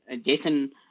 Jason